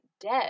dead